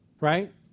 right